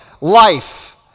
life